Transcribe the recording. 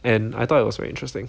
and I thought it was very interesting